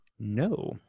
No